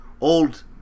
old